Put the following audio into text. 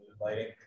lighting